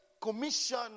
commission